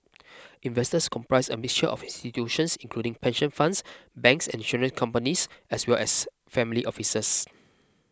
investors comprise a mixture office institutions including pension funds banks and insurance companies as well as family offices